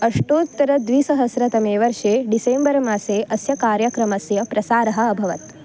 अष्टोत्तरद्विसहस्रतमे वर्षे डिसेम्बर् मासे अस्य कार्यक्रमस्य प्रसारः अभवत्